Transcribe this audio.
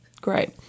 Great